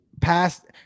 past –